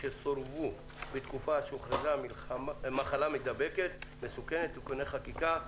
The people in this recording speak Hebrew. שסורבו בתקופה שהוכרזה מחלה מידבקת מסוכנת (תיקוני חקיקה),